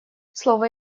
слово